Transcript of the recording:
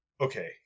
okay